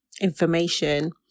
information